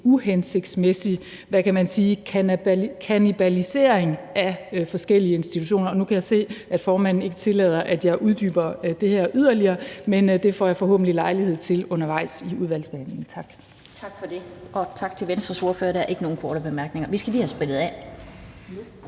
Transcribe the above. uhensigtsmæssig kannibalisering af forskellige institutioner. Og nu kan jeg se, at formanden ikke tillader, at jeg uddyber det her yderligere, men det får jeg forhåbentlig lejlighed til undervejs i udvalgsbehandlingen. Tak. Kl. 16:07 Den fg. formand (Annette Lind): Tak til Venstres ordfører. Der er ikke nogen korte bemærkninger. Vi skal lige have sprittet af,